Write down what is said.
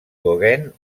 gauguin